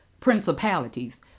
principalities